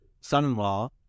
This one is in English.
Son-in-Law